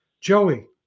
Joey